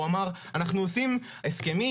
הוא אמר: אנחנו עושים הסכמים,